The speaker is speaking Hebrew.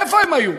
איפה הם היו?